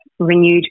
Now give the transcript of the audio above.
Renewed